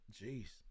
jeez